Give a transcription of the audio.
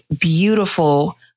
beautiful